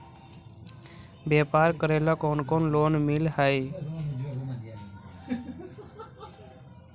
व्यापार करेला कौन कौन लोन मिल हइ?